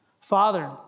Father